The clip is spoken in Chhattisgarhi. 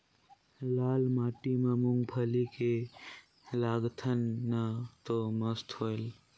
लाल माटी म मुंगफली के लगाथन न तो मस्त होयल?